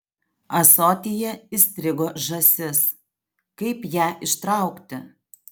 ąsotyje įstrigo žąsis kaip ją ištraukti